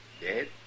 Dead